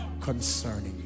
concerning